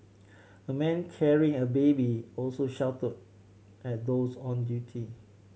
a man carrying a baby also shouted at those on duty